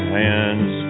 hands